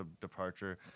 departure